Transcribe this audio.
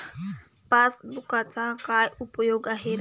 पासबुकचा काय उपयोग आहे राजू?